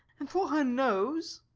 and for her nose,